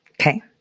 Okay